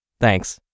Thanks